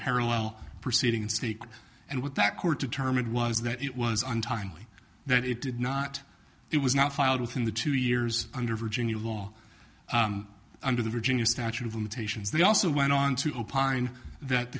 parallel proceeding steak and what that court determined was that it was untimely that it did not it was not filed within the two years under virginia law under the virginia statute of limitations they also went on to opine that